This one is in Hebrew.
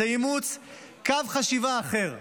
זה אימוץ קו חשיבה אחר.